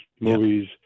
movies